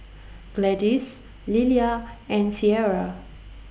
Gladys Lilia and Sierra